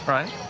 Right